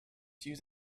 used